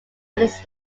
its